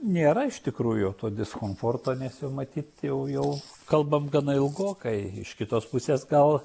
nėra iš tikrųjų to diskomforto nes jau matyt jau jau kalbam gana ilgokai iš kitos pusės gal